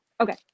okay